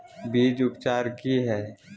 बीज उपचार कि हैय?